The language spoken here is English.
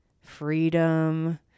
freedom